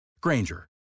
Granger